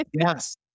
yes